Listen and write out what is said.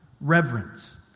Reverence